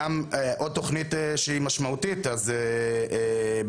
עוד תוכנית שהיא משמעותית בות"ת,